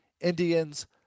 Indians